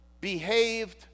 behaved